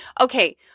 Okay